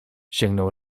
sięgnął